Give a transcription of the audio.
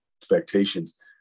expectations